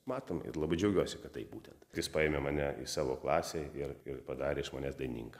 matom ir labai džiaugiuosi kad taip būtent jis paėmė mane savo klasę ir ir padarė iš manęs dainininką